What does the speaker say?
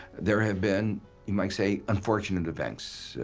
there have been you might say, unfortunate events,